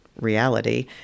reality